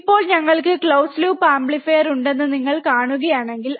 ഇപ്പോൾ ഞങ്ങൾക്ക് close loop amplifier ഉണ്ടെന്ന് നിങ്ങൾ കാണുകയാണെങ്കിൽ